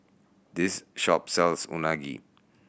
this shop sells Unagi